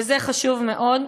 וזה חשוב מאוד,